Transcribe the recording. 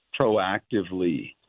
proactively